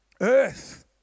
earth